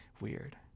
weird